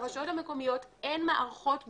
לרשויות המקומיות אין מערכות מחשוב,